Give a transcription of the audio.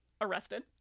arrested